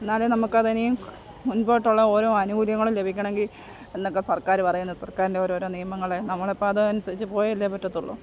എന്നാലേ നമുക്ക് അത് ഇനിയും മുൻപോട്ടുള്ള ഓരോ ആനുകൂല്യങ്ങളും ലഭിക്കണമെങ്കിൽ എന്നൊക്കെ സർക്കാർ പറയുന്നത് സർക്കാരിൻ്റെ ഓരോരോ നിയമങ്ങളേ നമ്മളിപ്പം അതനുസരിച്ച് പോയല്ലേ പറ്റുള്ളൂ